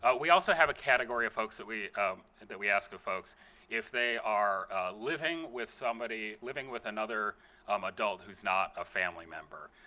ah we also have a category of folks, that we and that we ask of folks if they are living with somebody, living with another um adult who's not a family member.